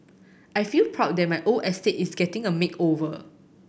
I feel proud that my old estate is getting a makeover